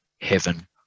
heaven